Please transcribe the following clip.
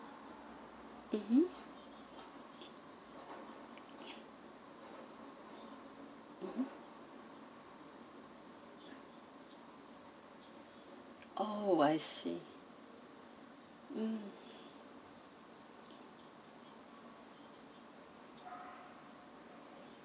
mmhmm oh I see mm